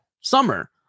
summer